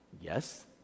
yes